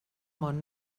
món